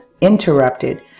interrupted